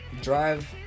Drive